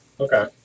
Okay